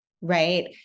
right